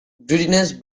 greediness